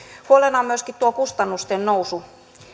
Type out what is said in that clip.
huolena on myöskin tuo kustannusten nousu